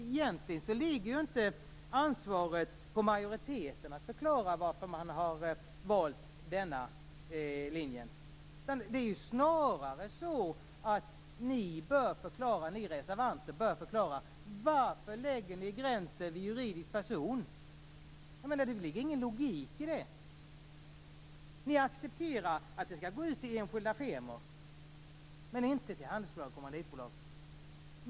Egentligen ligger inte ansvaret på majoriteten att förklara varför man har valt denna linje. Det är snarare så att ni reservanter bör förklara varför ni lägger gränsen vid juridisk person. Det finns ju ingen logik i det. Ni accepterar att det skall gå ut kopia till enskilda firmor, men inte till handelsbolag och kommanditbolag.